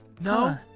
No